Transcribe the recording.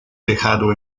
dejado